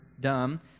dumb